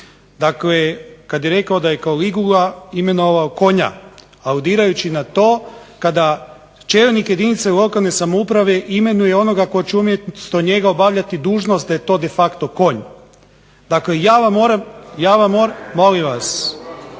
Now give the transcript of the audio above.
dakle kad je rekao da je Kaligula imenovao konjem aludirajući na to kada čelnik jedinice lokalne samouprave imenuje onoga tko će umjesto njega obavljati dužnost, da je to de facto konj. Dakle ja vam moram… … /Buka